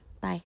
Bye